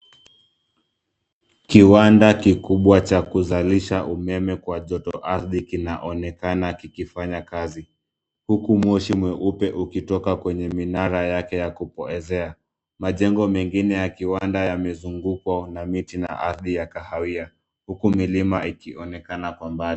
Kiwanda kikubwa cha kuzalisha umeme kwa joto ardhi kinaonekana kikifanya kazi huku moshi mweupe ukitoka kwenye minara yake ya kupoezea majengo mengine ya kiwanda yamezungukwa na miti na ardhi ya kahawia huku milima ikionekana kwa mbali.